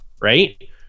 right